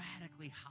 radically